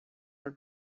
were